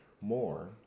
more